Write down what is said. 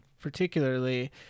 particularly